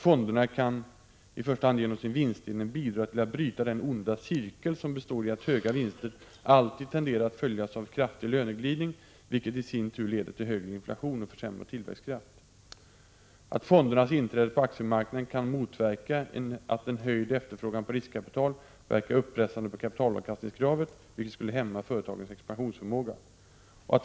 Fonderna kan, i första hand genom sin vinstdelning, bidra till att bryta den onda cirkel som består i att höga vinster alltid tenderar att följas av kraftig löneglidning vilket i sin tur leder till högre inflation och försämrad tillväxtkraft. Fondernas inträde på aktiemarknaden kan motverka att en höjd efterfrågan på riskkapital verkar uppressande på kapitalavkastningskravet vilket skulle hämma företagens expansionsförmåga.